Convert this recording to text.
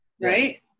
right